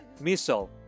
missile